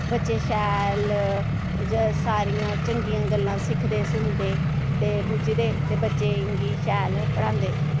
बच्चे शैल ज सारियां चंगियां गल्लां सिक्खदे सुनदे ते बुझदे ते बच्चें गी शैल पढ़ांदे